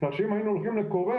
כך שאם היינו הולכים לקוריאה,